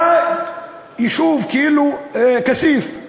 בא יישוב כאילו כסיף,